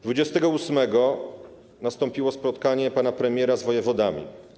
Dwudziestego ósmego nastąpiło spotkanie pana premiera z wojewodami.